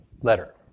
letter